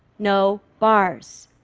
no bars.